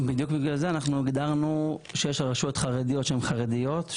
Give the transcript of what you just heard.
בדיוק בגלל זה אנחנו הגדרנו שיש רשויות חרדיות שהן חרדיות,